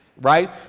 right